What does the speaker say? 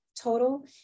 total